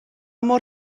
mor